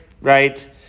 right